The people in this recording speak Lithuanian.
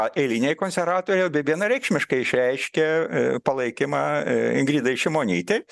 eiliniai konservatoriai bei vienareikšmiškai išreiškė palaikymą ingridai šimonytei